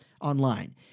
online